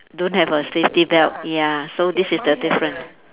don't have a safety belt ya so this is the different